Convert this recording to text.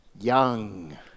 young